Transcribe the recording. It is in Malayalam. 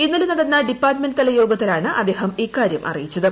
ഇന്നലെ നടന്ന ഡിപ്പാർട്ട്മെന്റ് തല യോഗത്തിലാണ് അദ്ദേഹം ഇക്കാര്യം അറിയിച്ചത്